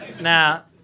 Now